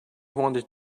wanted